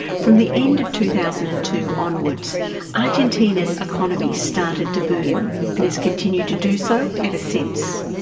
from the end of two thousand and two onwards argentina's economy started to boom and has continued to do so ever since.